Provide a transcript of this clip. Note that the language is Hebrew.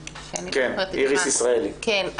איריס ישראלי על